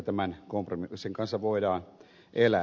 tämän kompromissin kanssa voidaan elää